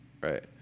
right